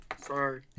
Sorry